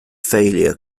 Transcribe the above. failure